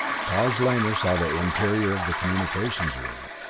taj lamor saw the interior of the communications room.